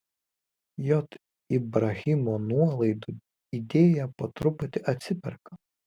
j ibrahimo nuolaidų idėja po truputį atsiperka